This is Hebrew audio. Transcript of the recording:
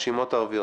הרשימות הערביות.